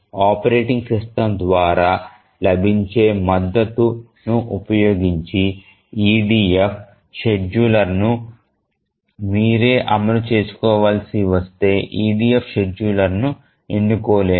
operating system ద్వారా లభించే మద్దతును ఉపయోగించి EDF షెడ్యూలర్ను మీరే అమలు చేసుకోవాల్సి వస్తే EDF షెడ్యూలర్ను ఎన్నుకోలేము